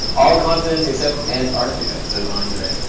all continents, except antarctica, says andre.